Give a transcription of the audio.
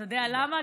אתה יודע למה?